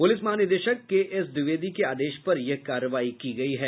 police महानिदेशक के S Dwivedi के आदेश पर यह कार्रवाई की गयी है